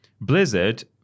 Blizzard